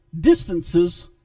distances